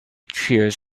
cheers